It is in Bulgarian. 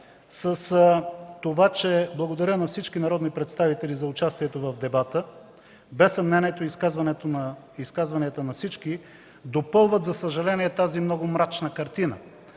с това, че благодаря на всички народни представители за участието в дебата. Без съмнение изказванията на всички допълват, за съжаление, тази много мрачна картина